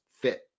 fit